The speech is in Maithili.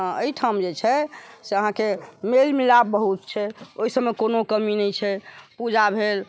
हँ एहिठाम जे छै से अहाँके मेल मिलाप बहुत छै ओहिसब मे कोनो कमी नहि छै पूजा भेल